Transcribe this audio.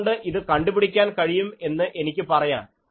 അതുകൊണ്ട് ഇത് കണ്ടുപിടിക്കാൻ കഴിയും എന്ന് എനിക്ക് പറയാം